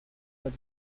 fled